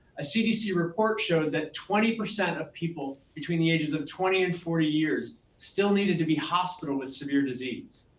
a cdc report showed that twenty percent of people between the ages of twenty and forty years still needed to be hospitalized with severe disease.